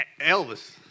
Elvis